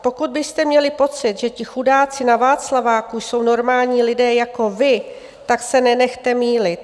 Pokud byste měli pocit, že ti chudáci na Václaváku jsou normální lidé jako vy, tak se nenechte mýlit.